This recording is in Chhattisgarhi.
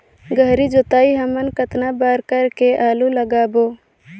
गहरी जोताई हमन कतना बार कर के आलू लगाबो?